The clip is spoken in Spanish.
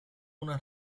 una